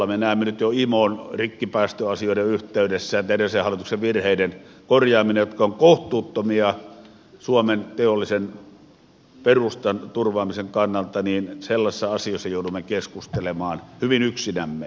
me näemme nyt jo imon rikkipäästöasioiden yhteydessä että edellisen hallituksen virheiden korjaamisessa jotka ovat kohtuuttomia suomen teollisen perustan turvaamisen kannalta sellaisissa asioissa joudumme keskustelemaan hyvin yksinämme